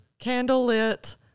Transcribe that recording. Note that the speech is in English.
candlelit